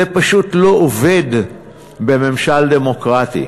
זה פשוט לא עובד בממשל דמוקרטי,